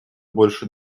больше